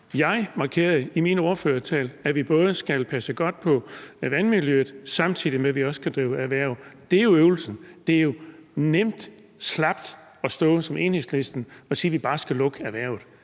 Jeg markerede i min ordførertale, at vi skal passe godt på vandmiljøet, samtidig med at vi også skal drive erhverv. Det er jo øvelsen. Det er jo nemt og slapt at stå som Enhedslisten og sige, at vi bare skal lukke erhvervet.